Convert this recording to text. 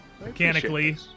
Mechanically